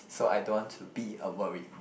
so I don't want to be a worry